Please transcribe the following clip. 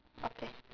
okay